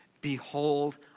Behold